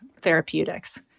therapeutics